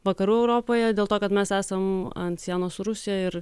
vakarų europoje dėl to kad mes esam ant sienos su rusija ir